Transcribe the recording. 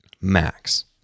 Max